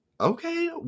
Okay